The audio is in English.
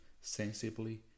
sensibly